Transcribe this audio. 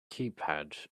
keypad